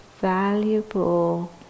valuable